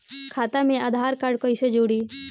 खाता मे आधार कार्ड कईसे जुड़ि?